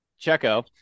Checo